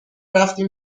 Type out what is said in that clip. رفتیم